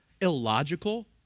illogical